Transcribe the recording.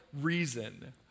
reason